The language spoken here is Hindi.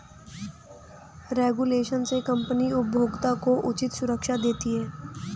रेगुलेशन से कंपनी उपभोक्ता को उचित सुरक्षा देती है